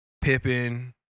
Pippen